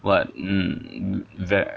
what mm